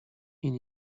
این